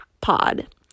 Pod